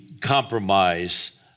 compromise